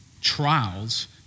trials